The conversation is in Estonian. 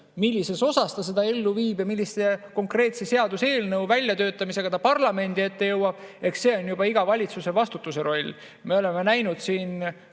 Millises osas ta seda ellu viib ja millise konkreetse seaduseelnõu väljatöötamisega ta parlamendi ette jõuab, eks see on juba valitsuse vastutus. Me oleme näinud siin